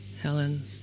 Helen